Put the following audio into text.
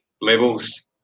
levels